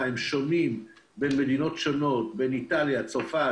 שונים במדינות שונות איטליה לעומת צרפת,